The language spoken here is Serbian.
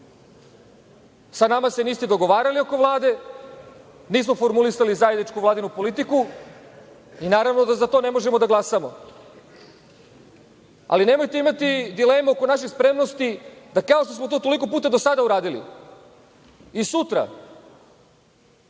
Sa nama se niste dogovarali oko Vlade. Nismo formulisali zajedničku vladinu politiku i naravno da za to ne možemo da glasamo. Ali nemojte imati dilemu oko naše spremnosti da kao što smo to toliko puta do sada uradili i sutra